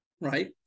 right